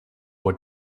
what